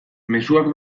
mezuak